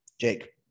Jake